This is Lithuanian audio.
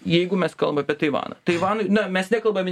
jeigu mes kalbam apie taivaną taivanui na mes nekalbam apie